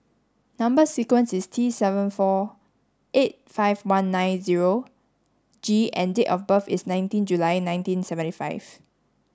number sequence is T seven four eight five one nine zero G and date of birth is nineteen July nineteen seventy five